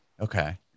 Okay